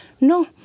No